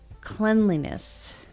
cleanliness